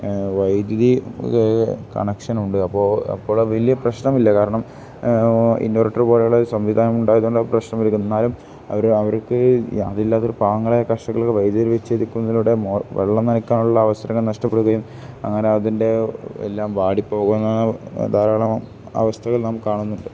വൈദ്യുതി കണക്ഷനുണ്ട് അപ്പോൾ അപ്പോൾ വലിയ പ്രശ്നമില്ല കാരണം ഇൻവേർട്ടർ പോലെയുള്ള സംവിധാനം ഉണ്ടായത് കൊണ്ട് പ്രശ്നം ആകും എന്നാലും അവർ അവർക്ക് അതില്ലാത്തൊരു പാവങ്ങളെ വൈദ്യുതി വിച്ഛേദിക്കുന്നതിലൂടെ വെള്ളം നനക്കാനുള്ള അവസരങ്ങൾ നഷ്ടപ്പെടുകയും അങ്ങനെ അതിൻ്റെ എല്ലാം വാടി പോകുന്ന ധാരാളം അവസ്ഥകൾ നാം കാണുന്നുണ്ട്